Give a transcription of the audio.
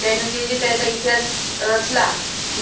त्यानं जे जे त्याचा इतिहास रचला